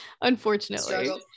Unfortunately